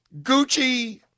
Gucci